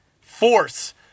force